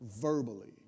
verbally